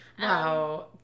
Wow